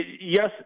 Yes